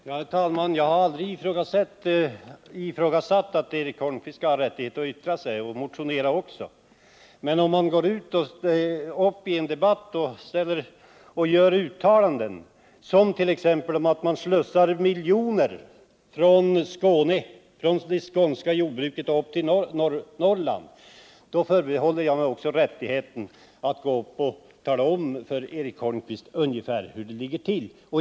Herr talman! Jag har aldrig ifrågasatt Eric Holmqvists rätt att yttra sig eller att motionera. Men om man går upp i en debatt och gör uttalanden om att det slussas miljoner kronor från det skånska jordbruket upp till Norrland, då förbehåller jag mig rätten att tala om ungefär hur det ligger till.